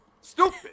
stupid